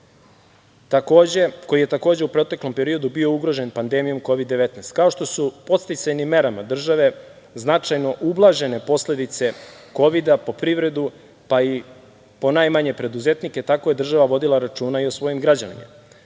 koji je takođe u proteklom periodu bio ugrožen pandemijom Kovid 19. Kao što su podsticajnim merama države značajno ublažene posledice Kovida po privredu, pa i po najmanje preduzetnike, tako je država vodila računa i o svojim građanima. Država